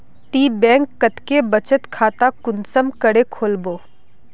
ती बैंक कतेक बचत खाता कुंसम करे खोलबो?